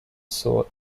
consort